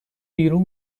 بیرون